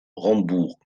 rambourg